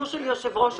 שלוש דקות הפסקה.